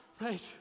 right